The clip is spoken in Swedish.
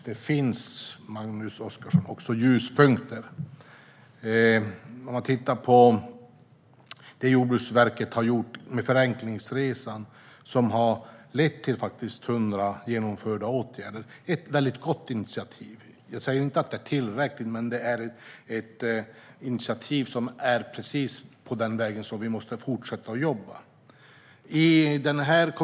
Det finns också ljuspunkter, Magnus Oscarsson. Jordbruksverkets goda initiativ Förenklingsresan har lett till 100 genomförda åtgärder. Jag säger inte att det är tillräckligt, men det är ett initiativ i linje med hur vi måste fortsätta att jobba.